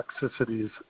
toxicities